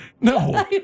No